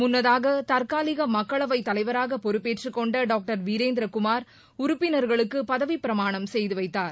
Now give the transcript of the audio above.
முன்னதாக தற்காலிக மக்களவைத் தலைவராக பொறுப்பேற்றுக் கொண்ட டாக்டர் வீரேந்திரகுமார் உறுப்பினர்களுக்கு பதவிப் பிரமாணம் செய்து வைத்தார்